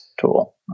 tool